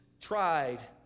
tried